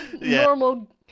normal